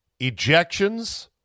ejections